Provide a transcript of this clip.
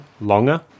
Longer